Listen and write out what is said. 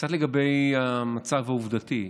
קצת למצב העובדתי.